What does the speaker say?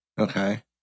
Okay